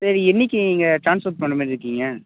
சரி என்றைக்கு நீங்கள் ட்ராஸ்போர்ட் பண்ணுற மாதிரி இருக்கீங்க